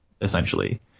essentially